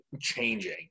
changing